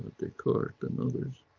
descartes and others,